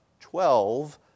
twelve